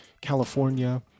California